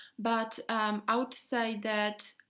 but outside that